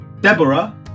Deborah